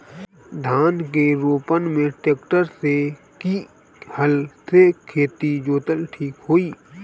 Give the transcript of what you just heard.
धान के रोपन मे ट्रेक्टर से की हल से खेत जोतल ठीक होई?